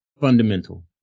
fundamental